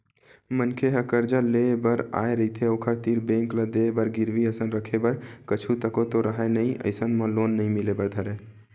मनखे ह करजा लेय बर आय रहिथे ओखर तीर बेंक ल देय बर गिरवी असन रखे बर कुछु तको तो राहय नइ अइसन म लोन नइ मिले बर धरय